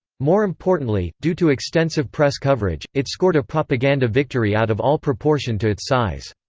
more importantly, due to extensive press coverage, it scored a propaganda victory out of all proportion to its size.